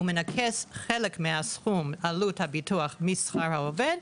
הוא מנכה חלק מסכום עלות הביטוח משכר העובד.